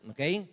Okay